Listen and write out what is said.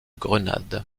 grenade